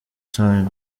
time